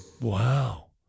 Wow